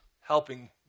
helping